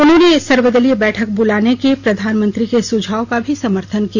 उन्होंने सर्वदलीय बैठक बुलाने के प्रधानमंत्री के सुझाव का भी समर्थन किया